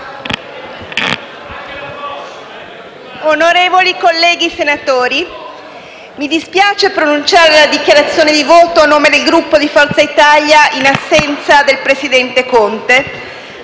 onorevoli colleghi, mi dispiace pronunciare la dichiarazione di voto a nome del Gruppo Forza Italia in assenza del presidente Conte.